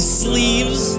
sleeves